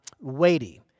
weighty